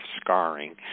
scarring